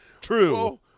True